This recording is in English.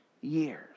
years